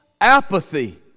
apathy